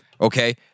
Okay